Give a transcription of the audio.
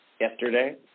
Yesterday